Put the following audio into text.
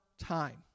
time